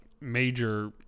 major